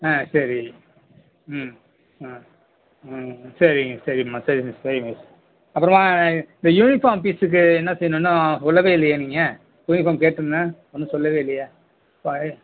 ஆ சரி ம் ம் ம் சரி சரிங்க சரி மிஸ் அப்புறமா இந்த யூனிபார்ஃம் ஃபீஸ்க்கு என்ன செய்யணுன்னா சொல்லவே இல்லையே நீங்கள் யூனிபார்ஃம் கேட்ருந்தேன் ஒன்றும் சொல்லவே இல்லையே பழைய